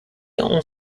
ont